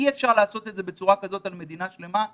אי אפשר לעשות את זה בצורה כזו על מדינה שלמה.